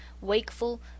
wakeful